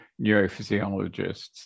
neurophysiologists